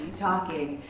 talking,